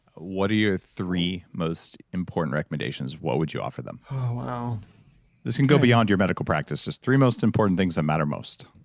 what are your three most important recommendations? what would you offer them? wow this can go beyond your medical practice. just three most important things that matter most